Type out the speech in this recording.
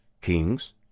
kings